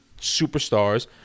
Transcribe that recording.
superstars